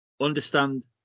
Understand